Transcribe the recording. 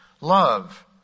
love